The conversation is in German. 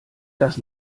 das